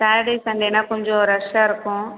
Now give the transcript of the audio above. Saturday சண்டேன்னா கொஞ்சம் ரஷ்ஷாக இருக்கும்